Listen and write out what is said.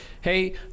hey